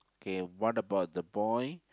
okay what about the boy